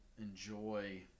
enjoy